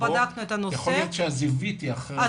יכול להיות שהזווית היא אחרת.